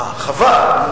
אה, חבל.